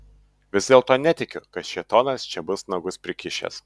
vis dėlto netikiu kad šėtonas čia bus nagus prikišęs